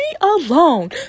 alone